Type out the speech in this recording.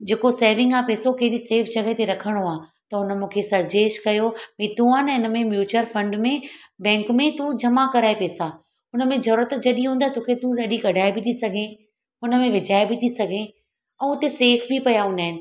जेको सेविंग आहे पैसो कहिड़ी सेफ़ जॻह ते रखणो आहे त उन मूंखे सजेश कयो भई तूं आहे न इन में म्युचअल फंड में बैंक में तूं जमा कराए पैसा उन में ज़रूरत जॾहिं हूंदा तो खे तूं उन ॾींहुं कढाए बि थी सघे उनमें विझाए बि थी सघे ऐं उते सेफ़ बि पिया हूंदा आहिनि